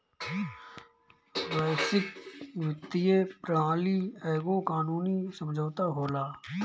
वैश्विक वित्तीय प्रणाली एगो कानूनी समुझौता होला